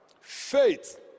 faith